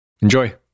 Enjoy